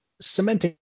Cementing